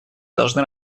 должны